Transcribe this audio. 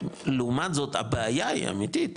לעומת זאת, הבעיה האמיתית,